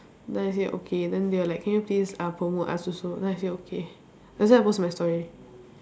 then I say okay then they were like can you please ah promote us also then I say okay that's why I post my story